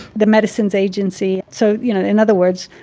the medicines agency. so you know in other words,